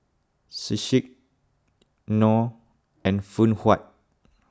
Schick Knorr and Phoon Huat